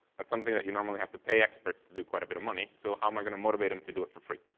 that's something that you normally have to pay experts to do, quite a bit of money, so how am i going to motivate them to do it for free?